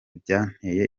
byanteye